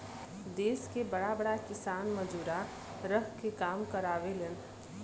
देस के बड़ा बड़ा किसान मजूरा रख के काम करावेलन